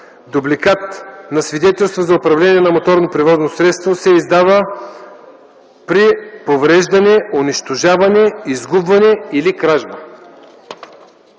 Дубликат на свидетелството за управление на моторно превозно средство се издава при повреждане, унищожаване, изгубване или кражба.”